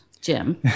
Jim